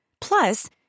Plus